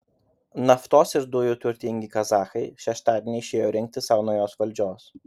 naftos ir dujų turtingi kazachai šeštadienį išėjo rinkti sau naujos valdžios